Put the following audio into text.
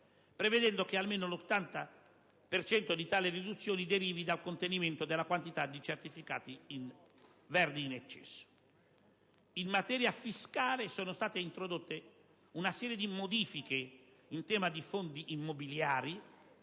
prevedendo che almeno l'80 per cento di tale riduzione derivi dal contenimento della quantità di certificati verdi in eccesso. In materia fiscale sono state introdotte modifiche in tema di fondi immobiliari.